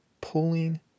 Pulling